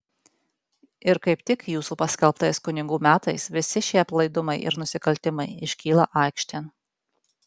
ir kaip tik jūsų paskelbtais kunigų metais visi šie aplaidumai ir nusikaltimai iškyla aikštėn